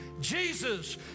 Jesus